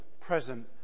present